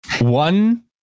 One